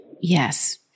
Yes